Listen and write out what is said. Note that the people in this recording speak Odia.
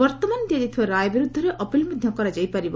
ବର୍ତ୍ତମାନ ଦିଆଯାଇଥିବା ରାୟ ବିରୃଦ୍ଧରେ ଅପିଲ ମଧ୍ୟ କରାଯାଇ ପାରିବ